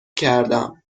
کردم